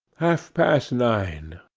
half-past nine.